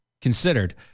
Considered